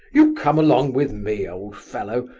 you come along with me, old fellow!